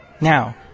Now